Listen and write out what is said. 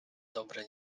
dobre